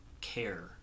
care